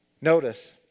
Notice